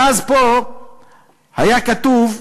ואז פה היה כתוב: